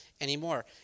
anymore